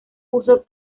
uso